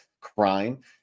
Crime